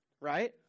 right